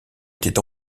était